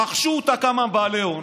רכשו אותה כמה בעלי הון